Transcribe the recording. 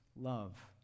love